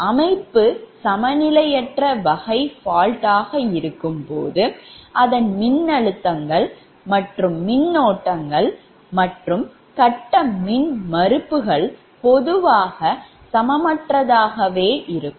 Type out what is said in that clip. அமைப்பு சமநிலையற்ற வகை fault ஆக இருக்கும்போது அதன் மின்னழுத்தங்கள் மின்னோட்டங்கள் மற்றும் கட்ட மின்மறுப்புகள் பொதுவாக சமமற்றதாக இருக்கும்